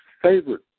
Favorite